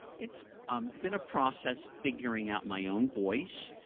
it's um been a process figuring out my own voice,